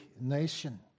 nation